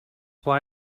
why